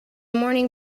morning